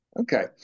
Okay